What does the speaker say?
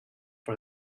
for